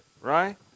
right